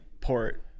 port